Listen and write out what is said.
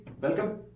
welcome